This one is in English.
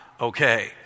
okay